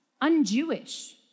un-Jewish